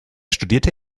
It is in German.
studierte